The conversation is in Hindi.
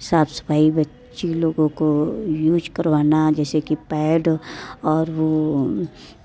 साफ़ सफ़ाई बच्ची लोगों को यूज़ करवाना जैसे कि पैड और वो